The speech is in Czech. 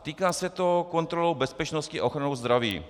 Týká se to kontroly bezpečnosti a ochrany zdraví.